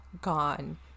gone